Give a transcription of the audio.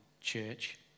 church